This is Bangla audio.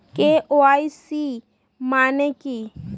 কে.ওয়াই.সি মানে কি?